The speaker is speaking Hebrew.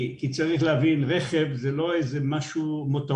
צריך להבין שרכב זה לא מותרות,